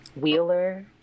Wheeler